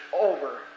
Over